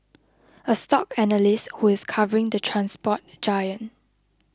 a stock analyst who is covering the transport giant